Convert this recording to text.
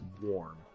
warm